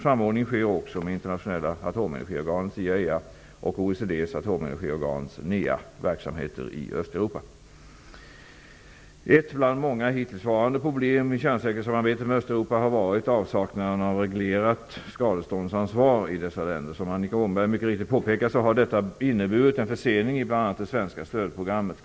Samordning sker också med Internationella atomenergiorganets, IAEA:s, och OECD:s atomenergiorgans, NEA:s, verksamheter i Ett bland många hittillsvarande problem i kärnsäkerhetssamarbetet med Östeuropa har varit avsaknaden av reglerat skadeståndsansvar i dessa länder. Som Annika Åhnberg mycket riktigt påpekade har detta inneburit en försening i bl.a. det svenska stödprogrammet.